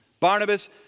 Barnabas